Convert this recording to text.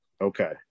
Okay